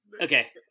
Okay